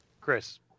Chris